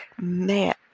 man